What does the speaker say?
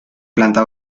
planta